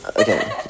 Okay